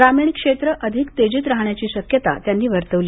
ग्रामीण क्षेत्र अधिक तेजीत राहण्याची शक्यता त्यांनी वर्तवली